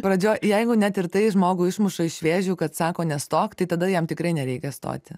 pradžioj jeigu net ir tai žmogų išmuša iš vėžių kad sako nestok tai tada jam tikrai nereikia stoti